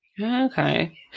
Okay